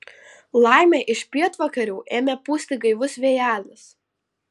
laimė iš pietvakarių ėmė pūsti gaivus vėjelis